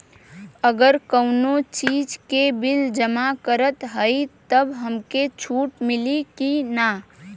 अगर कउनो चीज़ के बिल जमा करत हई तब हमके छूट मिली कि ना?